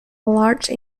large